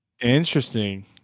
interesting